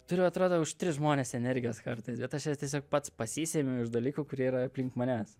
turiu atrodo už tris žmones energijos kartais bet aš ją tiesiog pats pasisemiu iš dalykų kurie yra aplink manęs